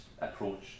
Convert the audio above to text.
approach